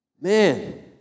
Man